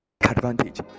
advantage